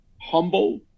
humble